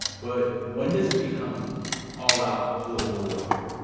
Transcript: but when does it become all-out political warfare?